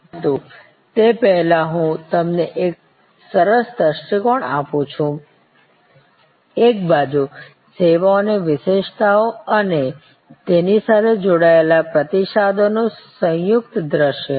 પરંતુ તે પહેલાં હું તમને એક સરસ દૃષ્ટિકોણ આપું છું એક બાજુ સેવાઓની વિશેષતાઓ અને તેની સાથે જોડાયેલા પ્રતિસાદોનું સંયુક્ત દૃશ્ય